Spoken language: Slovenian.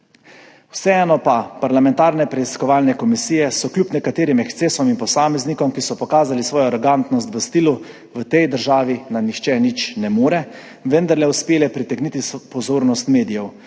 Vseeno pa so parlamentarne preiskovalne komisije kljub nekaterim ekscesom in posameznikom, ki so pokazali svojo arogantnost v stilu, v tej državi nam nihče nič ne more, vendarle uspele pritegniti pozornost medijev.